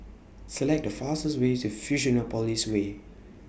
Select The fastest Way to Fusionopolis Way